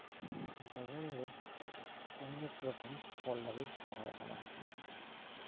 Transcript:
ᱵᱟᱜᱟᱱ ᱨᱮ ᱚᱱᱮᱠ ᱨᱚᱠᱚᱢ ᱯᱷᱚᱞ ᱫᱟᱨᱮ ᱨᱚᱦᱚᱭ ᱟᱠᱟᱫᱟ